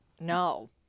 no